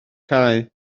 cae